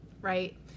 Right